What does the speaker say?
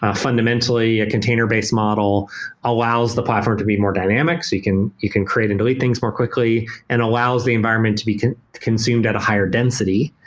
ah fundamentally, a container-base model allows the platform to be more dynamic so you can you can create and delete things more quickly and allows the environment to be consumed at a higher density.